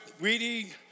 weedy